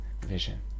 vision